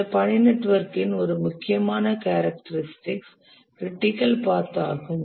இந்த பணி நெட்வொர்க்கின் ஒரு முக்கியமான கேரக்டரிஸ்டிகஸ் க்ரிட்டிக்கல் பாத் ஆகும்